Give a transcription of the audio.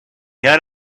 had